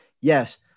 yes